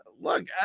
Look